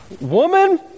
Woman